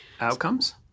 outcomes